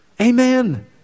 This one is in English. Amen